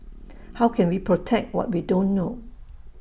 how can we protect what we don't know